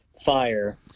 fire